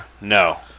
no